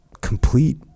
complete